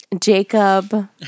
Jacob